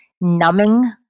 numbing